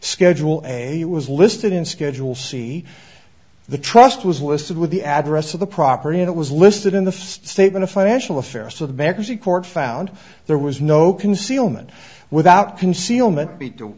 schedule and it was listed in schedule c the trust was listed with the address of the property and it was listed in the statement of financial affairs so the bankruptcy court found there was no concealment without concealment be to th